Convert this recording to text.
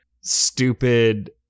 stupid